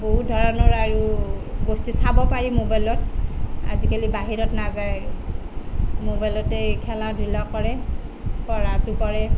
বহুত ধৰণৰ আৰু বস্তু চাব পাৰি ম'বাইলত আজিকালি বাহিৰত নাযায় ম'বাইলতেই খেলা ধূলা কৰে পঢ়াটো পঢ়ে